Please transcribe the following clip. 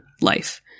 life